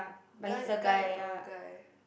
guy guy oh guy